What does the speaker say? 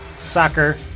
soccer